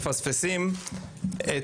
ישראל נתפסה במקום מתקדם,